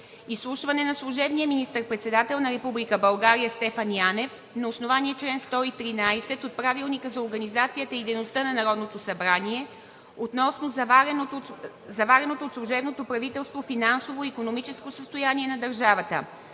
Изслушване на служебния министър-председател на Република България Стефан Янев на основание чл. 113 от Правилника за организацията и дейността на Народното събрание относно завареното от служебното правителство финансово и икономическо състояние на държавата.